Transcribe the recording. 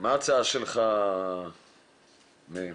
מה ההצעה שלך, מאיר?